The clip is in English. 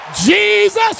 Jesus